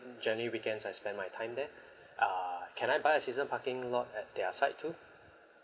generally weekends I spend my time there uh can I buy a season parking lot at their side too